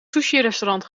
sushirestaurant